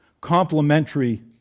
complementary